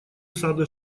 сада